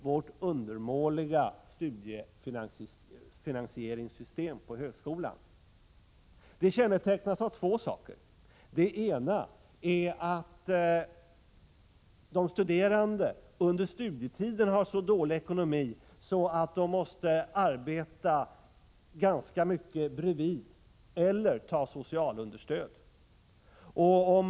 Vårt undermåliga studiefinansieringssystem på högskolan kännetecknas av att de studerande under studietiden har så dålig ekonomi att de måste arbeta ganska mycket vid sidan av studierna eller ta socialunderstöd. Om.